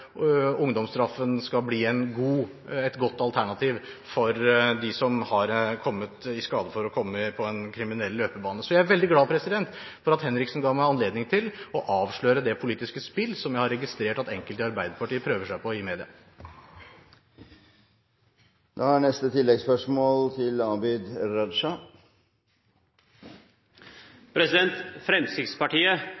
ungdomsstraffen skal bli et godt alternativ for dem som har kommet i skade for å havne på en kriminell løpebane. Jeg er veldig glad for at Henriksen ga meg anledning til å avsløre det politiske spill jeg har registrert at enkelte i Arbeiderpartiet prøver seg på i media. Abid Q. Raja – til